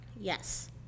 Yes